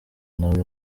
nawe